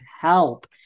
Help